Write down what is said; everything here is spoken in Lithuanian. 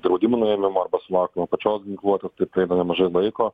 draudimų nuėmimo arba sulaukiama pačios ginkluotės tai praeina nemažai laiko